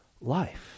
life